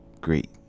great